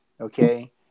okay